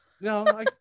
No